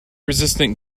resistant